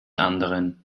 anderen